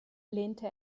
lehnte